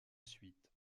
suite